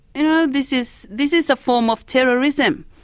you know, this is this is a form of terrorism.